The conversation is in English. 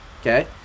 Okay